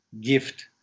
gift